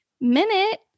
minute